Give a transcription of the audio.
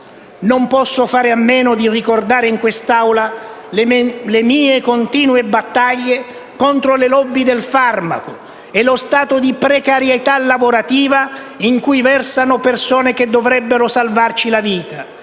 Non posso fare a meno di ricordare in quest'Assemblea le mie continue battaglie contro le *lobby* del farmaco e lo stato di precarietà lavorativa in cui versano persone che dovrebbero salvarci la vita.